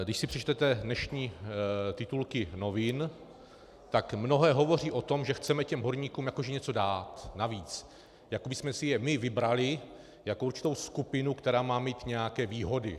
Když si přečtete dnešní titulky novin, tak mnohé hovoří o tom, že chceme horníkům jako že něco dát navíc, jako bychom si je my vybrali jako určitou skupinu, která má mít nějaké výhody.